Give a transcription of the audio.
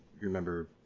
remember